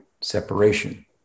separation